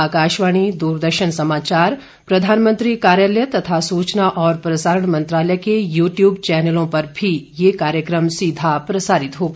आकाशवाणी द्रदर्शन समाचार प्रधानमंत्री कार्यालय तथा सूचना और प्रसारण मंत्रालय के यू ट्यूब चैनलों पर भी ये कार्यक्रम सीधा प्रसारित होगा